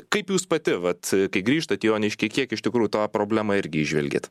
kaip jūs pati vat kai grįžtat į joniškį kiek iš tikrųjų tą problemą irgi įžvelgiat